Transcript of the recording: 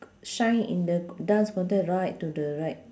shine in the dance conte~ right to the right